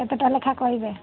କେତେଟା ଲେଖା କହିବେ